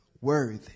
worthy